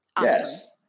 Yes